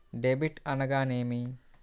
Debit అనగానేమి?